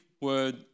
word